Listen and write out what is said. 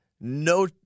No